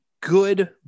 good